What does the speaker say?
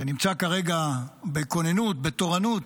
שנמצא כרגע בכוננות, בתורנות,